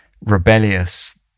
rebellious